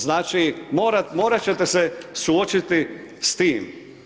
Znači, morat ćete se suočiti s tim.